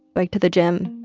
bike to the gym,